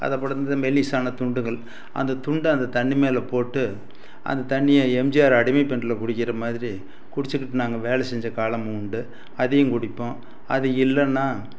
அதை போட்டு இந்த மெல்லிதான துண்டுகள் அந்த துண்டை அந்த தண்ணி மேலே போட்டு அந்த தண்ணியை எம்ஜிஆர் அடிமை பெண்ணில் குடிக்கிற மாதிரி குடிச்சுக்கிட்டு நாங்கள் வேலை செஞ்ச காலமும் உண்டு அதையும் குடிப்போம் அது இல்லைனா